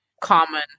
common